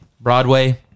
Broadway